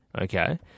okay